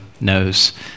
knows